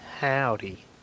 Howdy